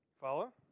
Follow